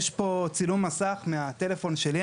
יש פה צילום מסך מהטלפון שלי,